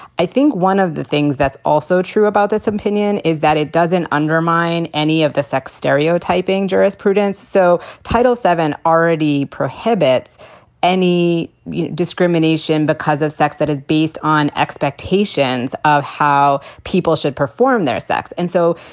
i think one of the things that's also true about this opinion is that it doesn't undermine any of the sex stereotyping jurisprudence so title seven already prohibits any discrimination because of sex that is based on expectations of how people should perform their sex. and so,